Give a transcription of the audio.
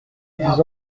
disent